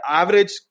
average